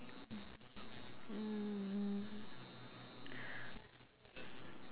mm